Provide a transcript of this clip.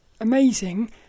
amazing